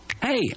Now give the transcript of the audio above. Hey